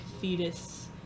fetus